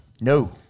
No